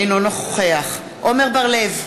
אינו נוכח עמר בר-לב,